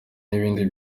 n’ibindi